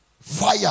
Fire